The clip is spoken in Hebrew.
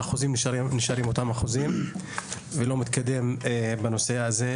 האחוזים נשארים אותם אחוזים ולא מתקדם כלום בנושא הזה,